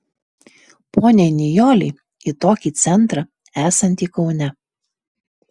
poniai nijolei į tokį centrą esantį kaune